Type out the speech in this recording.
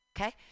Okay